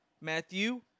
Matthew